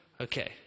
Okay